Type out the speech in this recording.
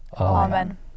Amen